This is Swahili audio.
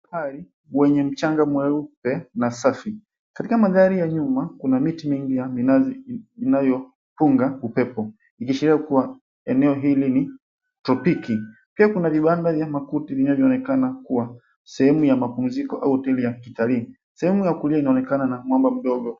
Bahari wenye mchanga mweupe na safi. Katika mandhari ya nyuma kuna miti mingi ya minazi inayopunga upepo, ukiashiria kuwa eneo hili ni tropiki. Pia kuna vibanda vya makuti vinavyoonekana kuwa sehemu ya mapumziko au hoteli ya kitalii. Sehemu ya kulia kunaonekana ni mwamba mdogo.